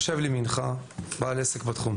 יושב לימינך בעל עסק בתחום,